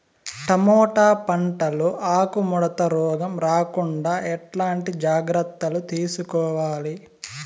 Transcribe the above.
Tomato పంట లో ఆకు ముడత రోగం రాకుండా ఎట్లాంటి జాగ్రత్తలు తీసుకోవాలి?